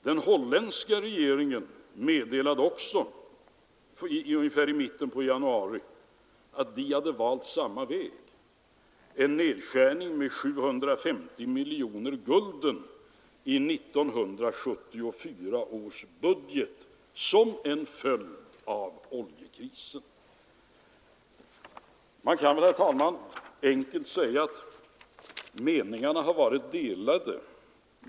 Den holländska regeringen meddelade ungefär i mitten på januari att den hade valt samma väg — en nedskärning med 750 miljoner gulden i 1974 års budget som en följd av oljekrisen. Man kan väl, herr talman, enkelt säga att meningarna har varit delade.